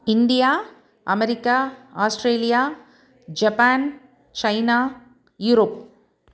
India America Australia Japan China Europe